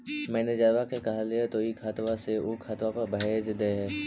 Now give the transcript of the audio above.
मैनेजरवा के कहलिऐ तौ ई खतवा से ऊ खातवा पर भेज देहै?